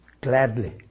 gladly